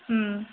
ம்